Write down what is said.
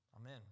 Amen